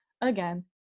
again